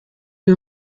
uyu